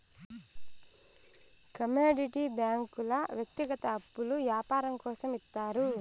commodity బ్యాంకుల వ్యక్తిగత అప్పులు యాపారం కోసం ఇత్తారు